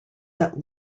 that